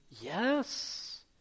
Yes